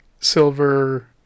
silver